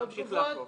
עוד תגובות?